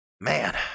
Man